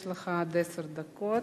יש לך עד עשר דקות.